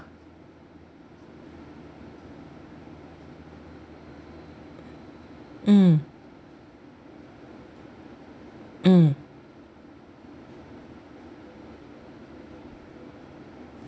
mm mm